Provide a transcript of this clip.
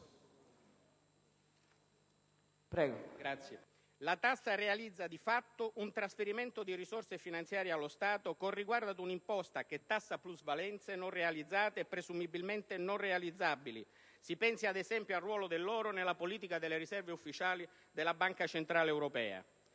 La tassa realizza di fatto un trasferimento di risorse finanziarie allo Stato con riguardo ad una imposta che tassa plusvalenze non realizzate e presumibilmente non realizzabili. Si pensi, ad esempio, al ruolo dell'oro nella politica delle riserve ufficiali della Banca centrale europea.